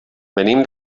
venim